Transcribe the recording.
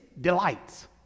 delights